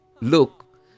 look